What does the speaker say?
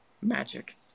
magic